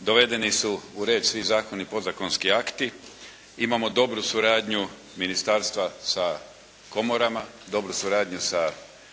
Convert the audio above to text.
dovedeni su u red svi zakoni i podzakonski akti, imamo dobru suradnju Ministarstva sa komorama, dobru suradnju sa